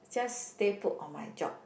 just stay put on my job